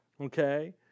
okay